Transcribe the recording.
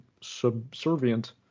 subservient